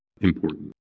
important